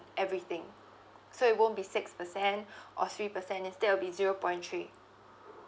everything so it won't be six percent or three percent instead it'll be zero point three